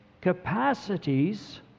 capacities